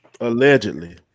Allegedly